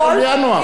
אדוני היושב-ראש,